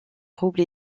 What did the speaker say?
roubles